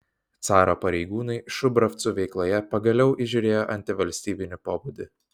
caro pareigūnai šubravcų veikloje pagaliau įžiūrėjo antivalstybinį pobūdį